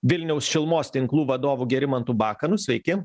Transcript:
vilniaus šilumos tinklų vadovu gerimantu bakanu sveiki